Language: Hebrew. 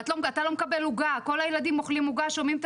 'אתה לא מקבל עוגה' כל הילדים אוכלים עוגה שומעים את